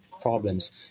problems